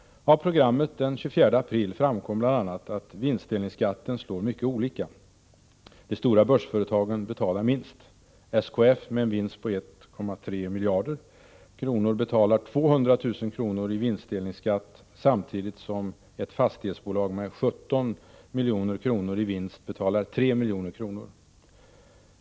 Av programmet den 24 april framkom bl.a. att vinstdelningsskatten slår mycket olika. De stora börsföretagen betalar minst. SKF med en vinst på 1,3 miljarder kronor betalar 200 000 kr. i vinstdelningsskatt samtidigt som ett fastighetsbolag med 17 milj.kr. i vinst betalar 3 milj.kr.